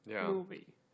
movie